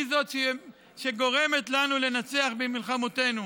היא שגורמת לנו לנצח במלחמותינו.